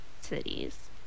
cities